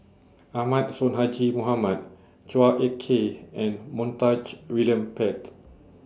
Ahmad Sonhadji Mohamad Chua Ek Kay and Montague William Pett